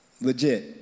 legit